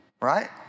right